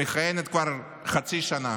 המכהנת כבר חצי שנה,